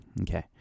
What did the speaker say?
Okay